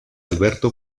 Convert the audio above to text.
alberto